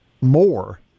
more